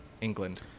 England